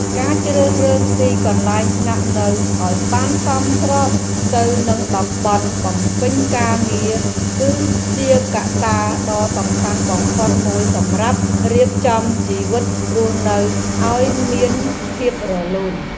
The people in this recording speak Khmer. ការជ្រើសរើសទីកន្លែងស្នាក់នៅឱ្យបានសមស្របទៅនឹងតំបន់បំពេញការងារ គឺជាកត្តាដ៏សំខាន់បំផុតមួយសម្រាប់រៀបចំជីវិតរស់នៅឱ្យមានភាពរលូន។